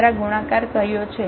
દ્વારા ગુણાકાર કર્યો છે